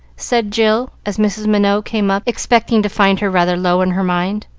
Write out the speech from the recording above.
said jill, as mrs. minot came up, expecting to find her rather low in her mind.